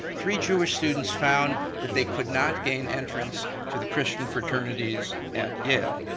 three jewish students found that they could not gain entrance to the christian fraternities at yale,